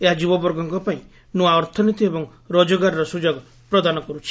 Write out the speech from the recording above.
ଏହା ଯୁବବର୍ଗଙ୍କ ପାଇଁ ନୂଆ ଅର୍ଥନୀତି ଏବଂ ରୋଜଗାରର ସ୍ୱଯୋଗ ପ୍ରଦାନ କର୍ବଛି